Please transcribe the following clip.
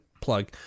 plug